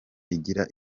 igira